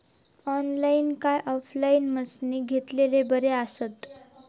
Online काय offline मशीनी घेतलेले बरे आसतात?